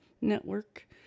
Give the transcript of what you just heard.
Network